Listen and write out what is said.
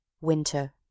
Winter